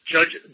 Judge